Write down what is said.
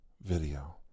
video